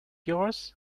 yours